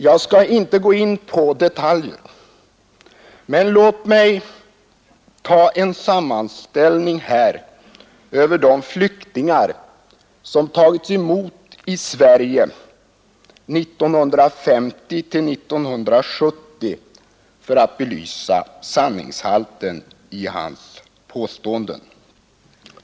Jag skall inte gå in på detaljer, men låt mig lämna en sammanställning över de flyktingar som har tagits emot i Sverige 1950-1971 för att belysa sanningshalten i hans påståenden.